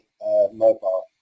mobile